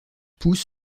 pousse